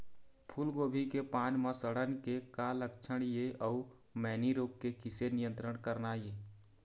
फूलगोभी के पान म सड़न के का लक्षण ये अऊ मैनी रोग के किसे नियंत्रण करना ये?